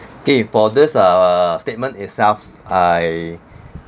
okay for this uh statement itself I